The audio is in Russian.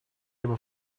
либо